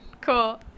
Cool